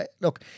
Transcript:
look